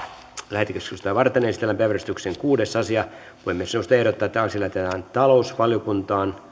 lähetekeskustelua varten esitellään päiväjärjestyksen kuudes asia puhemiesneuvosto ehdottaa että asia lähetetään talousvaliokuntaan